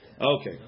Okay